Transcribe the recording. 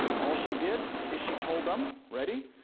all she did is she told em, ready?